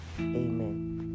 amen